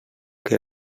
que